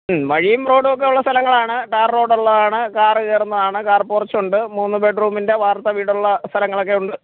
മ്മ് വഴിയും റോഡോക്കെ ഉള്ള സ്ഥലങ്ങളാണ് ടാർ റോഡൊള്ളതാണ് കാറ് കയറുന്നതാണ് കാർ പോർച്ച് ഉണ്ട് മൂന്ന് ബെഡ്റൂമിൻ്റെ വാർത്ത വീടുള്ള സ്ഥലങ്ങളൊക്കെ ഉണ്ട്